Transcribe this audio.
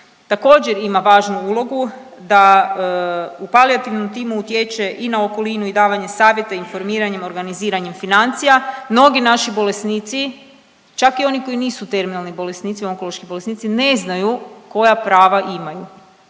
također ima važnu ulogu da u palijativnom timu utječe i na okolinu i davanje savjeta i informiranjem i organiziranjem financija. Mnogi naši bolesnici, čak i oni koji nisu terminalni bolesnici i onkološki bolesnici, ne znaju koja prava imaju